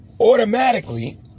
automatically